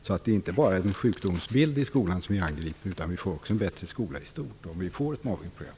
Det är alltså inte bara en sjukdomsbild i skolan som man angriper, utan man får också en bättre skola i stort om man får ett mobbningsprogram.